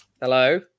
Hello